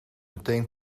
meteen